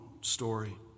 story